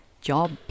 job